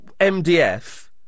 MDF